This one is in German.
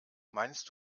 meinst